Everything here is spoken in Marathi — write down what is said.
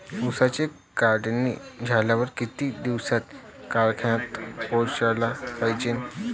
ऊसाची काढणी झाल्यावर किती दिवसात कारखान्यात पोहोचला पायजे?